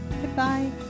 Goodbye